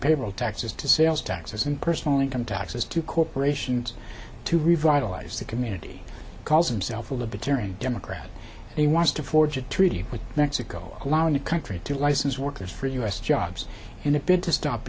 payroll taxes to sales taxes and personal income taxes to corporations to revitalize the community calls himself a libertarian democrat he wants to forge a treaty with mexico allowing the country to license workers for u s jobs in a bid to stop